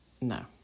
no